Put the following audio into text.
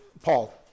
Paul